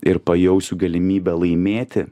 ir pajausiu galimybę laimėti